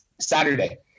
Saturday